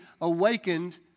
awakened